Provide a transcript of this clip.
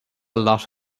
lot